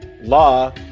law